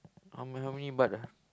how many how many baht ah